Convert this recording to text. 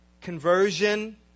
conversion